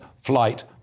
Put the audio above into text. flight